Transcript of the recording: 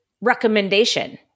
recommendation